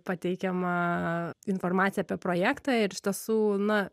pateikiama informacija apie projektą ir iš tiesų na